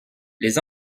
les